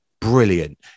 brilliant